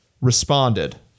responded